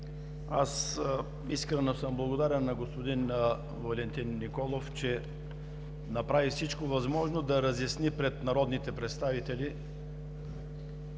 искрено съм благодарен на господин Валентин Николов, че направи всичко възможно да разясни пред народните представители